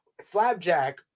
Slapjack